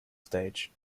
stage